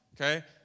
Okay